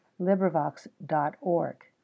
LibriVox.org